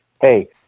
hey